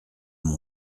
mon